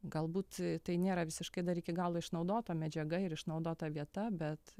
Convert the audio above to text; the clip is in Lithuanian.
galbūt tai nėra visiškai dar iki galo išnaudota medžiaga ir išnaudota vieta bet